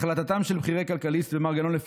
החלטתם של בכירי כלכליסט ומר גנון בכל